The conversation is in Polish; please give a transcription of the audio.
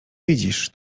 widzisz